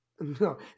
No